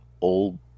old